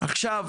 אנחנו